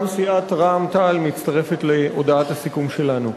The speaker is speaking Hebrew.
גם סיעת רע"ם-תע"ל מצטרפת להודעת הסיכום שלנו.